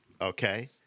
Okay